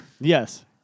Yes